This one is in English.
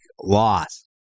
loss